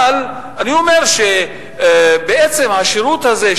אבל אני אומר שבעצם השירות הזה,